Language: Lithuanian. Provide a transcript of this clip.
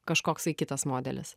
kažkoksai kitas modelis